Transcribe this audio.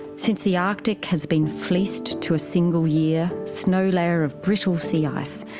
since the arctic has been fleeced to a single-year snow-layer of brittle sea ice,